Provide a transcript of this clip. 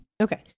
okay